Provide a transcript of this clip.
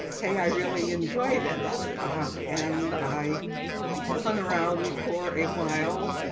hey, i really enjoy this ah and i hung around for a while.